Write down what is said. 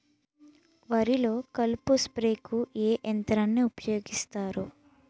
వరిలో కలుపు స్ప్రేకు ఏ యంత్రాన్ని ఊపాయోగిస్తారు?